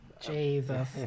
Jesus